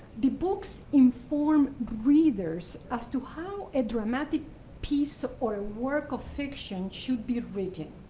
the books inform readers as to how a dramatic piece or a work of fiction should be written.